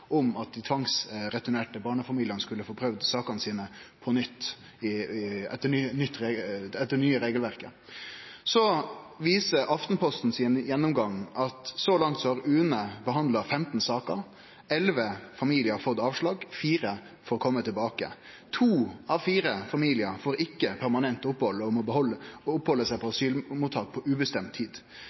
om at dei tvangsreturnerte barnefamiliane skulle få prøve sakene sine på nytt etter det nye regelverket. Så viser Aftenpostens gjennomgang at så langt har UNE behandla 15 saker. Elleve familiar har fått avslag, og fire får kome tilbake. To av fire familiar får ikkje permanent opphald og må opphalde seg på asylmottak på ubestemt tid.